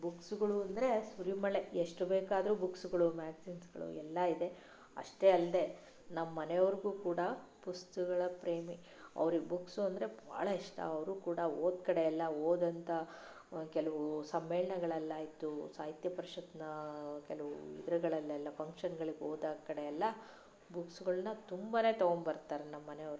ಬುಕ್ಸ್ಗಳು ಅಂದರೆ ಸುರಿಮಳೆ ಎಷ್ಟು ಬೇಕಾದರೂ ಬುಕ್ಸ್ಗಳು ಮ್ಯಾಗ್ಝಿನ್ಸ್ಗಳು ಎಲ್ಲ ಇದೆ ಅಷ್ಟೇ ಅಲ್ಲದೆ ನಮ್ಮ ಮನೆಯವರಿಗೂ ಕೂಡ ಪುಸ್ತಕಗಳ ಪ್ರೇಮಿ ಅವರಿಗೆ ಬುಕ್ಸ್ ಅಂದರೆ ಭಾಳ ಇಷ್ಟ ಅವರು ಕೂಡ ಹೋದಕಡೆ ಎಲ್ಲ ಹೋದಂಥ ಕೆಲವು ಸಮ್ಮೇಳನಗಳಲ್ಲಾಯಿತು ಸಾಹಿತ್ಯ ಪರಿಷತ್ತಿನ ಕೆಲವು ಇದರಗಳಲ್ಲೆಲ್ಲ ಫಂಕ್ಷನ್ಸ್ಗಳಿಗೆ ಹೋದ ಕಡೆಯೆಲ್ಲ ಬುಕ್ಸ್ಗಳನ್ನು ತುಂಬಾನೇ ತಗೊಂಬರ್ತಾರೆ ನಮ್ಮ ಮನೆಯವರು